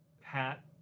hat